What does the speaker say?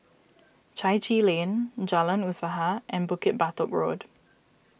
Chai Chee Lane Jalan Usaha and Bukit Batok Road